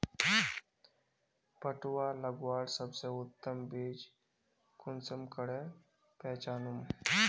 पटुआ लगवार सबसे उत्तम बीज कुंसम करे पहचानूम?